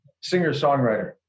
singer-songwriter